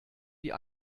die